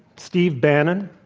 steve bannon,